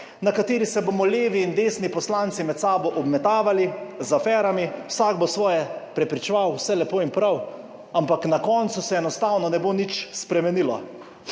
na kateri se bomo levi in desni poslanci med sabo obmetavali z aferami, vsak bo svoje prepričeval, vse lepo in prav, ampak na koncu se enostavno ne bo nič spremenilo.